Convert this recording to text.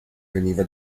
veniva